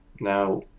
now